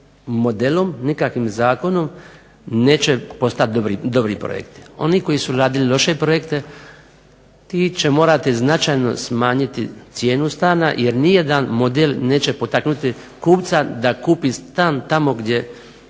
modelom, nikakvim zakonom neće postat dobri projekti. Oni koji su radili loše projekte ti će morati značajno smanjiti cijenu stana jer nijedan model neće potaknuti kupca da kupi stan tamo gdje